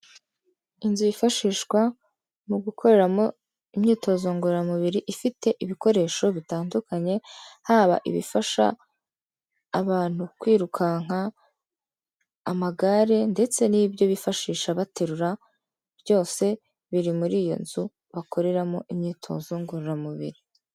Inzu yifashishwa mu gukoreramo imyitozo ngororamubiri ifite ibikoresho bitandukanye haba ibifasha abantu kwirukanka amagare ndetse n'ibyo bifashisha baterura byose biri muri iyo nzu bakoreramo imyitozo ngororamubiri.